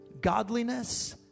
Godliness